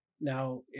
Now